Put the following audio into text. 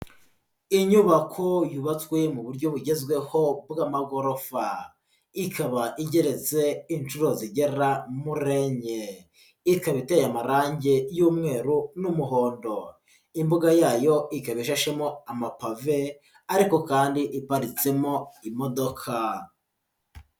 Inyubako yubatswe mu buryo bugezweho bw'amagorofa, ikaba igeretse inshuro zigera muri enye, ikaba iteye amarangi y'umweru n'umuhondo, imbuga yayo ikaba ishashemo amapave ariko kandi iparitsemo imodoka.